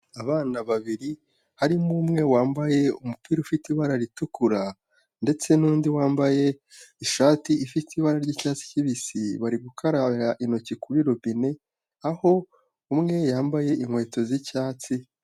Abana babiri, harimo umwe wambaye umupira ufite ibara ritukura ndetse n'undi wambaye ishati ifite ibara ry'icyatsi kibisi, bari gukarabira intoki kuri robine aho umwe yambaye inkweto z'icyatsi...